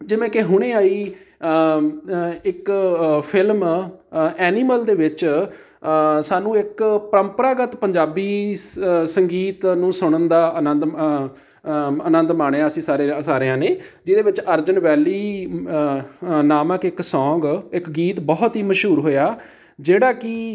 ਜਿਵੇਂ ਕਿ ਹੁਣੇ ਆਈ ਇੱਕ ਅ ਫਿਲਮ ਐਨੀਮਲ ਦੇ ਵਿੱਚ ਸਾਨੂੰ ਇੱਕ ਪਰੰਪਰਾਗਤ ਪੰਜਾਬੀ ਅ ਸੰਗੀਤ ਨੂੰ ਸੁਣਨ ਦਾ ਆਨੰਦ ਆਨੰਦ ਮਾਣਿਆ ਅਸੀਂ ਸਾਰੇ ਸਾਰਿਆਂ ਨੇ ਜਿਹਦੇ ਵਿੱਚ ਅਰਜਨ ਵੈਲੀ ਨਾਮਕ ਇੱਕ ਸੌਂਗ ਇੱਕ ਗੀਤ ਬਹੁਤ ਹੀ ਮਸ਼ਹੂਰ ਹੋਇਆ ਜਿਹੜਾ ਕਿ